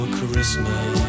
Christmas